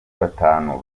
batanu